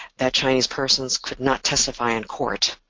that chinese persons could not testify in court,